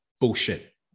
Bullshit